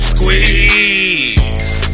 Squeeze